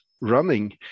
running